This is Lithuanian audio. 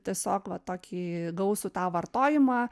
tiesiog va tokį gausų tą vartojimą